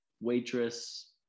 waitress